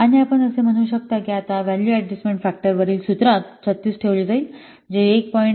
आणि आपण असे म्हणू शकता की आता हे व्हॅल्यू अडजस्टमेन्ट फॅक्टर वरील सूत्रात 36 ठेवले जाईल जे 1